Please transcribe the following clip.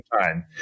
time